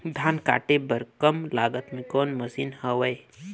धान काटे बर कम लागत मे कौन मशीन हवय?